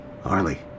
Harley